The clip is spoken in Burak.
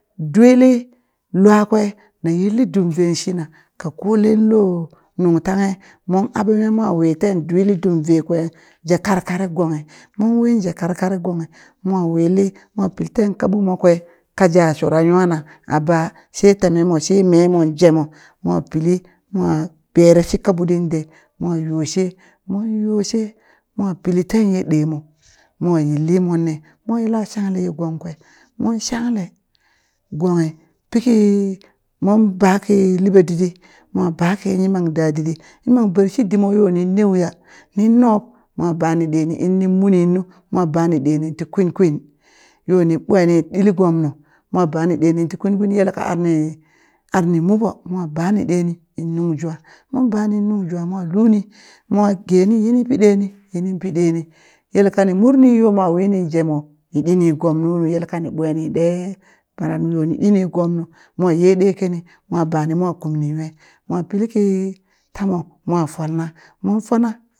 Dwili luakwe tin yilli dumve shina ka kole lo nung tanghe mon aɓa nwe mo win ten ɗwili dumve kwen je karkare gonghi mon wi je karkare gonghi mo wili mo pili ten kaɓutmo kwe kaja shura nwana aba she temetmo she memo jemo mo pili mo ɓere shi kaɓutɗi ɗee mo yoshe mon yoshe mo pili ten ye ɗe mo mo yilli mone mon yila shanghe ye gong kwe mon shangle gonghi piki mon ba ki liɓe ditdi mo baki yimam daditdi yimam bershi dimo yo nin neuya, nin nob mo bani ɗeni innin muninnu mo bani ɗeni ti kwinkwin yo ni ɓweni ɗili gomnu mo bani ɗeni ti kwinkwin yelka arni arni muɓo mo bani ɗeni in nung jwa mon bani nung jwa mo luni mo geni yni pi ɗeni yini pili yelka ni murni yomo winin jemoyo ni ɗini gomnu yelka ne ɓweni ɗe bara nu yoni ɗini gomnu mo ye ɗekini mo bani mo kumini nwe mo pili ki tamo mo folna mon folna